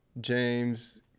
James